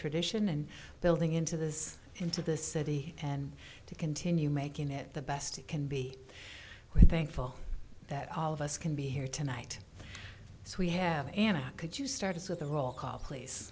tradition and building into this into the city and to continue making it the best it can be thankful that all of us can be here tonight so we have an attack could you started with the roll call please